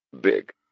big